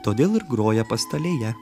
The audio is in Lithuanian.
todėl ir groja pastalėje